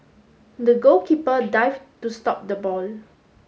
the goalkeeper dived to stop the ball